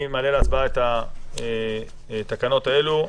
הדברים האלה אני מעלה להצבעה את התקנות האלה.